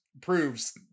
proves